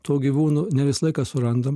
tų gyvūnų ne visą laiką surandam